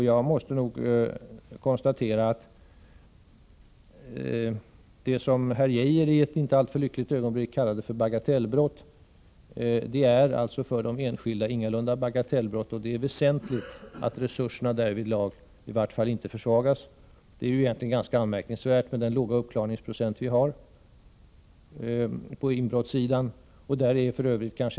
Jag måste konstatera att det som justitieministern Geijer i ett inte alltför lyckligt ögonblick kallade för bagatellbrott för de enskilda människorna ingalunda är några bagatellbrott. Det är väsentligt att resurserna därvidlag i vart fall inte försvagas. Den låga uppklarningsprocent på inbrottssidan som vi har är ganska anmärkningsvärd.